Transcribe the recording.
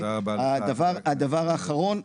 הדבר האחרון,